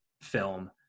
film